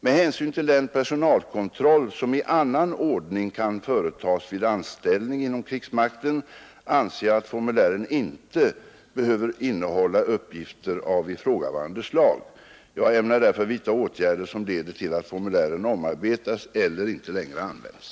Med hänsyn till den personalkontroll som i annan ordning kan företas vid anställning inom krigsmakten anser jag att formulären inte behöver innehålla uppgifter av ifrågavarande slag. Jag ämnar därför vidta åtgärder som leder till att formulären omarbetas eller inte längre används.